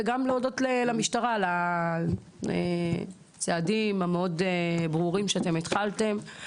וגם להודות למשטרה על הצעדים המאוד ברורים שאתם התחלתם.